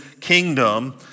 kingdom